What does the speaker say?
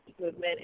movement